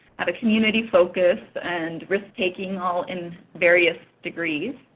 have a community focus, and risk-taking all in various degrees